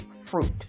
fruit